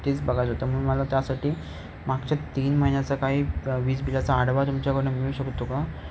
तेच बघायचं होतं मग मला त्यासाठी मागच्या तीन महिन्याचा काही वीज बिलाचा आढावा तुमच्याकडून मिळू शकतो का